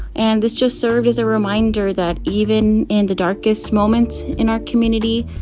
and this just served as a reminder that even in the darkest moments in our community,